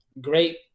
Great